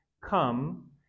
Come